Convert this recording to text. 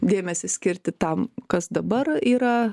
dėmesį skirti tam kas dabar yra